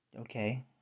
Okay